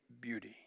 beauty